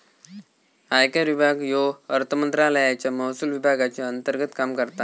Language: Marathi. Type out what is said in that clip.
आयकर विभाग ह्यो अर्थमंत्रालयाच्या महसुल विभागाच्या अंतर्गत काम करता